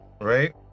Right